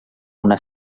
una